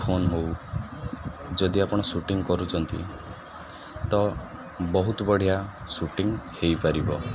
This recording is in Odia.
ଫୋନ ହଉ ଯଦି ଆପଣ ସୁଟିଙ୍ଗ କରୁଛନ୍ତି ତ ବହୁତ ବଢ଼ିଆ ସୁଟିଙ୍ଗ ହେଇପାରିବ